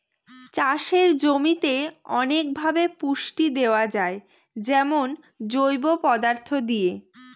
চাষের জমিতে অনেকভাবে পুষ্টি দেয়া যায় যেমন জৈব পদার্থ দিয়ে